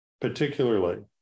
particularly